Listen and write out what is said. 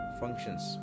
functions